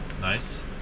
Nice